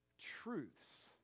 truths